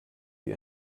wie